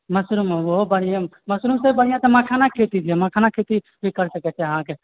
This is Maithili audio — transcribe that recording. मशरूम ओहो बढ़िए मशरूमसँ बढ़िया तऽ मखानाके खेती छै मखानाके खेती भी कर सकैत छै अहाँके